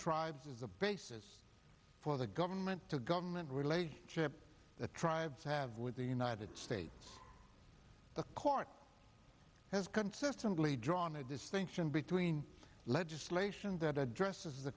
tribes is the basis for the government to government relationship the tribes have with the united states the court has consistently drawn a distinction between legislation that addresses the